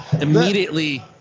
immediately